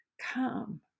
come